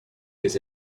his